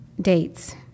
dates